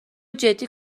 جدی